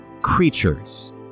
creatures